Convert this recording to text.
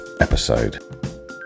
episode